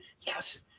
Yes